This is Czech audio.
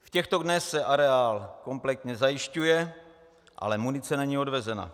V těchto dnech se areál kompletně zajišťuje, ale munice není odvezena.